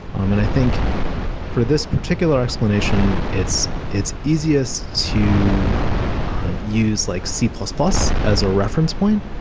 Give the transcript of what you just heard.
um and i think for this particular explanation, it's it's easiest to use like c plus plus as a reference point.